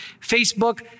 Facebook